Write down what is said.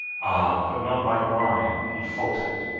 ah! but not like mine, he faltered,